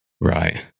Right